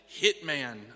hitman